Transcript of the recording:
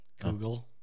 Google